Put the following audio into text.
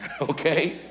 okay